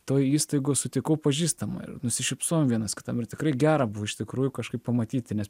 toj įstaigoj sutikau pažįstamą ir nusišypsojom vienas kitam ir tikrai gera buvo iš tikrųjų kažkaip pamatyti nes